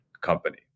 company